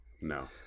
No